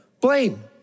Blame